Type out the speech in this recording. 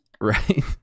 Right